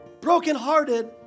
brokenhearted